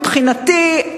מבחינתי,